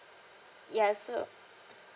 ya so